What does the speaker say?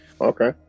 Okay